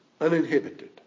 uninhibited